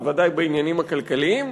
בוודאי בעניינים הכלכליים,